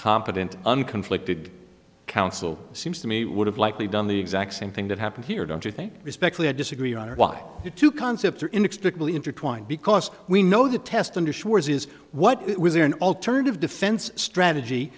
competent and conflicted counsel seems to me would have likely done the exact same thing that happened here don't you think respectfully i disagree on why you two concepts are inextricably intertwined because we know the test underscores is what was there an alternative defense strategy